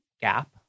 gap